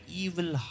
evil